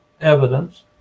evidence